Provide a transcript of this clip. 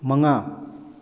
ꯃꯉꯥ